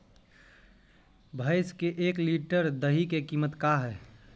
भैंस के एक लीटर दही के कीमत का है?